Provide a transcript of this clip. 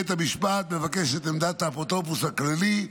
בית המשפט מבקש את עמדת האפוטרופוס הכללי,